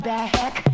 Back